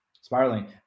spiraling